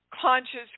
conscious